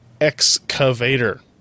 Excavator